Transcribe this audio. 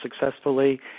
successfully